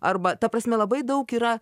arba ta prasme labai daug yra